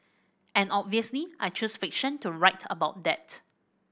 and obviously I choose fiction to write about that